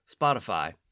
Spotify